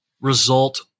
result